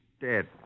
dead